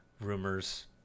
rumors